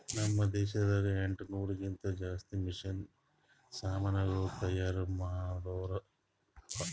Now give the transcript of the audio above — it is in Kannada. ನಾಮ್ ದೇಶದಾಗ ಎಂಟನೂರಕ್ಕಿಂತಾ ಜಾಸ್ತಿ ಮಷೀನ್ ಸಮಾನುಗಳು ತೈಯಾರ್ ಮಾಡೋರ್ ಹರಾ